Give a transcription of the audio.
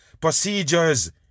procedures